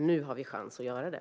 Nu har vi chans att göra det.